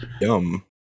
Yum